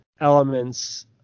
elements